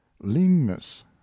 leanness